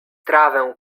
trawę